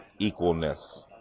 equalness